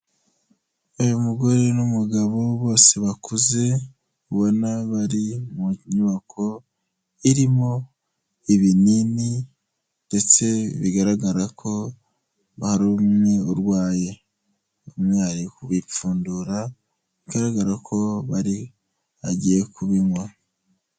Uyu mugore n'umugabo bose bakuze ubona bari mu nyubako irimo ibinini, ndetse bigaragara ko hari umwe urwaye, bimwe bari kubipfundura bigaragara ko bari agiye kubinywa.